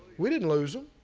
we didn't lose them,